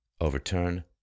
overturn